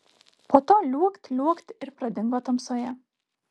po to liuokt liuokt ir pradingo tamsoje